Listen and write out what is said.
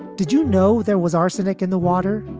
did you know there was arsenic in the water?